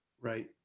Right